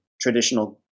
traditional